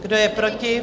Kdo je proti?